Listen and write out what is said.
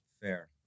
fair